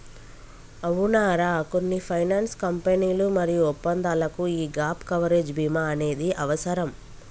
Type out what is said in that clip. అవునరా కొన్ని ఫైనాన్స్ కంపెనీలు మరియు ఒప్పందాలకు యీ గాప్ కవరేజ్ భీమా అనేది అవసరం